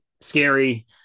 scary